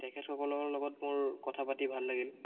তেখেতসকলৰ লগত মোৰ কথা পাতি ভাল লাগিল